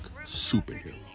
superhero